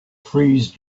freeze